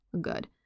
good